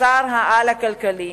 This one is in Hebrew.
השר-על הכלכלי,